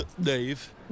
Dave